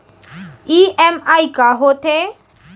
EMI का होथे?